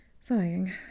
Sighing